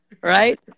right